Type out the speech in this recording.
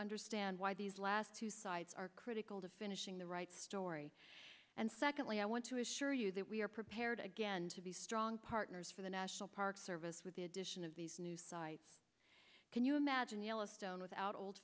understand why these last two sides are critical to finishing the right story and secondly i want to assure you that we are prepared again to be strong partners for the national park service with the addition of these new sites can you imagine yellowstone without old